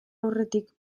aurretik